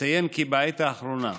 אציין כי בעת האחרונה,